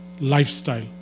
lifestyle